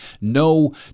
No